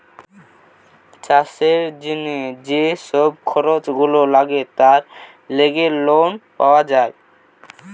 চাষের জিনে যে সব খরচ গুলা লাগে তার লেগে লোন পাওয়া যায়